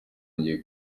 ngiye